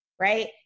right